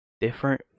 different